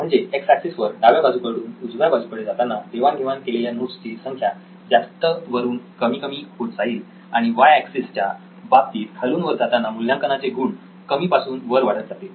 म्हणजे X axis वर डाव्या बाजूकडून उजव्या बाजूकडे जाताना देवाण घेवाण केलेल्या नोट्स ची संख्या जास्त वरून कमी कमी होत जाईल आणि Y एक्सिस च्या बाबतीत खालून वर जाताना मूल्यांकनाचे गुण कमी पासून वर वाढत जातील